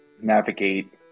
navigate